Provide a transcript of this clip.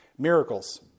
Miracles